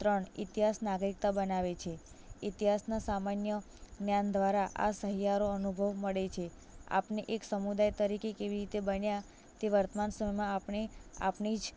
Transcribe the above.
ત્રણ ઇતિહાસ નાગરિકતા બનાવે છે ઇતિહાસના સામાન્ય જ્ઞાન દ્વારા આ સહિયારો અનુભવ મળે છે આપણે એક સમુદાય તરીકે કેવી રીતે બન્યા તે વર્તમાન સમયમાં આપણે આપણી જ